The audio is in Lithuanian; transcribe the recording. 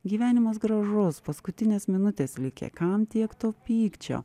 gyvenimas gražus paskutinės minutės likę kam tiek to pykčio